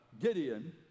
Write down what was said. Gideon